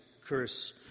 curse